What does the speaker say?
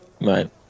Right